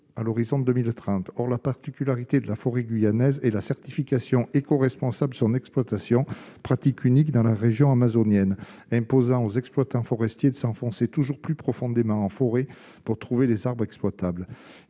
à l'horizon 2030, or la particularité de la forêt guyanaise et la certification éco-responsable son exploitation pratique unique dans la région amazonienne imposant aux exploitants forestiers de s'enfoncer toujours plus profondément en forêt pour trouver les arbres exploitable,